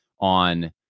on